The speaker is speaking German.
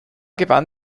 gewann